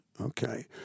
Okay